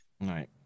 right